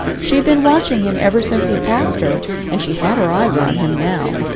she had been watching him ever since he had passed her and she had her eyes on him now.